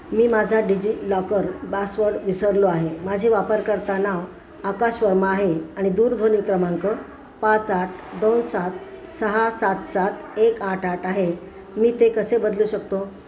मी माझा O T P password विसरलो आहे माझे वापरकर्ता नाव आकाश वर्मा आहे आणि दूरध्वनी क्रमांक पाच आठ दोन सात सहा सात सात एक आठ आठ आहे मी ते कसे बदलू शकतो